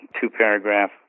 two-paragraph